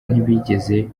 ntibigeze